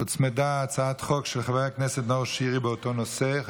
הוצמדה הצעת חוק של חבר הכנסת נאור שירי באותו נושא.